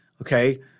Okay